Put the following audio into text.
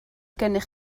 gennych